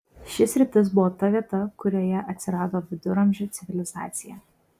ši sritis buvo ta vieta kurioje atsirado viduramžių civilizacija